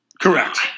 Correct